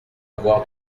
avoir